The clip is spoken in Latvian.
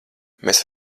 mēs